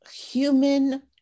human